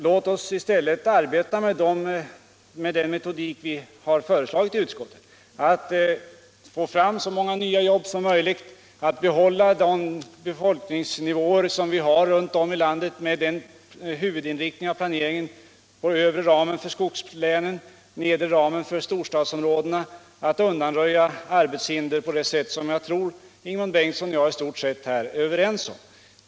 Låt oss i stället arbeta med den metodik 41 som vi har föreslagit i utskottet, nämligen att försöka få fram så många nya jobb som möjligt, att behålla de befolkningsnivåer vi har runt om i landet med den huvudinriktningen av planeringen att vi tillämpar den övre ramen för skogslänen och den nedre ramen för storstadsområdena samt att undanröja arbetshinder på det sätt som jag tror att Ingemund Bengtsson och jag är i stort sett överens om.